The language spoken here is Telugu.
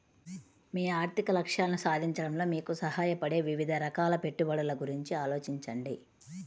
మీ ఆర్థిక లక్ష్యాలను సాధించడంలో మీకు సహాయపడే వివిధ రకాల పెట్టుబడుల గురించి ఆలోచించండి